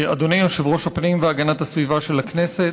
אדוני יושב-ראש ועדת הפנים והגנת הסביבה של הכנסת,